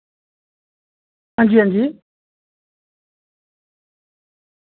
हां जी हां जी